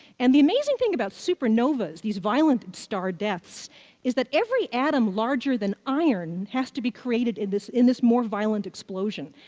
and the amazing thing about supernovas, these violent star deaths is that every atom larger than iron has to be created in this in this more violent explosion.